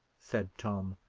said tom,